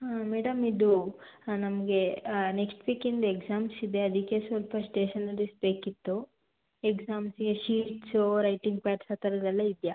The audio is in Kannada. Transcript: ಹಾಂ ಮೇಡಮ್ ಇದು ನಮಗೆ ನೆಕ್ಸ್ಟ್ ವಿಕಿಂದ ಎಕ್ಸಾಮ್ಸ್ ಇದೆ ಅದಕ್ಕೆ ಸ್ವಲ್ಪ ಸ್ಟೇಷನರಿಸ್ ಬೇಕಿತ್ತು ಎಕ್ಸಾಮ್ಸಿಗೆ ಶೀಟ್ಸು ರೈಟಿಂಗ್ ಪ್ಯಾಡ್ಸ್ ಆ ಥರದೆಲ್ಲ ಇದೆಯಾ